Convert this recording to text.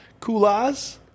Kulas